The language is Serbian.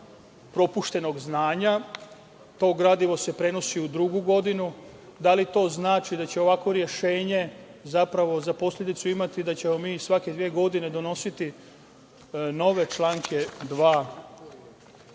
propuštenog znanja. To gradivo se prenosi u drugu godinu. Da li to znači da će ovako rešenje zapravo za posledicu imati da ćemo mi svake dve godine donositi nove članove dva,